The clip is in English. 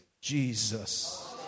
Jesus